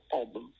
album